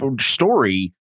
story